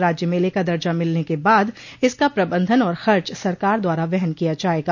राज्य मेले का दर्जा मिलने के बाद इसका प्रबंधन और खर्च सरकार द्वारा वहन किया जायेगा